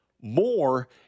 more